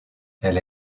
elle